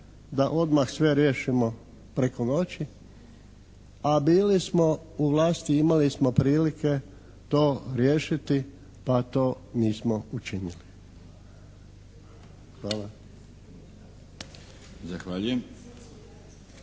da odmah sve riješimo preko noći, a bili smo u vlasti, imali smo prilike to riješiti pa to nismo učinili. Hvala.